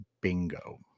Bingo